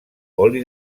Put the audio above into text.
oli